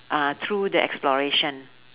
uh through the exploration